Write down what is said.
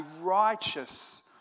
righteous